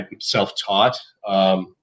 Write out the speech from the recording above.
self-taught